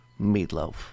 Meatloaf